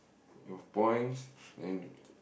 you've points and